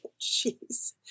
Jeez